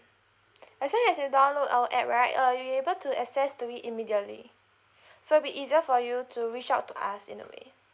as long as you download our app right uh you able to access to it immediately so it'll be easier for you to reach out to us in a way